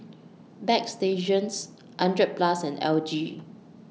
Bagstationz hundred Plus and L G